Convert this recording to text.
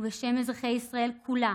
ובשם אזרחי ישראל כולה,